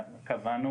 אנחנו קבענו